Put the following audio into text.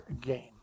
game